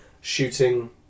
shooting